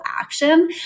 action